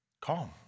Calm